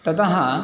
ततः